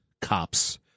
cops